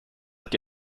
att